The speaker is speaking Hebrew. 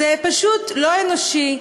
זה פשוט לא אנושי.